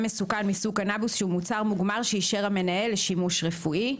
מסוכן מסוג קנבוס שהוא - מוצר מוגמר שאישר המנהל לשימוש רפואי;